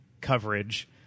coverage